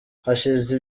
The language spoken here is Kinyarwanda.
hashize